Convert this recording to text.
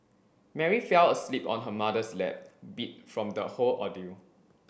Mary fell asleep on her mother's lap beat from the whole ordeal